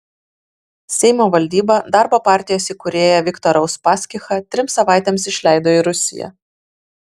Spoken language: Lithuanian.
seimo valdyba darbo partijos įkūrėją viktorą uspaskichą trims savaitėms išleido į rusiją